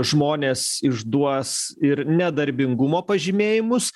žmonės išduos ir nedarbingumo pažymėjimus